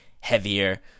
heavier